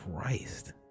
Christ